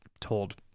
told